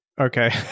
okay